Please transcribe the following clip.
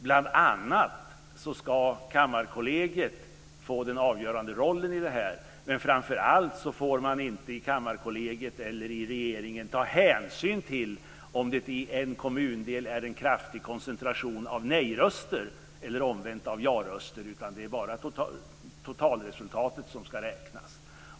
Bl.a. ska Kammarkollegiet få den avgörande rollen här men framför allt får man i Kammarkollegiet eller i regeringen inte ta hänsyn till om det i en kommundel är en kraftig koncentration av nej-röster eller, omvänt, av ja-röster, utan det är bara totalresultatet som ska räknas.